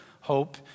hope